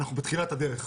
אנחנו בתחילת הדרך.